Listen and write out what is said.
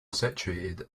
situated